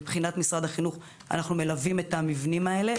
מבחינת משרד החינוך אנחנו מלווים את המבנים האלה.